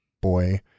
boy